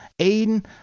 Aiden